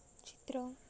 ଚିତ୍ର